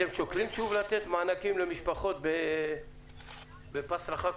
אתם שוקלים שוב לתת מענקים למשפחות בפס רחב,